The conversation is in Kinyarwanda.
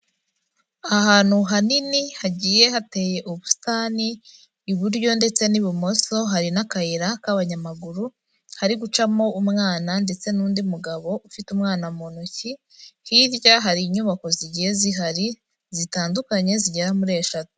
Ahantu hanini hagiye hateye ubusitani iburyo ndetse n'ibumoso, hari n'akayira k'abanyamaguru kari gucamo umwana ndetse n'undi mugabo ufite umwana mu ntoki, hirya hari inyubako zigiye zihari, zitandukanye zigera muri eshatu.